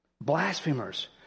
Blasphemers